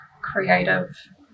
creative